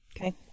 Okay